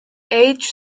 age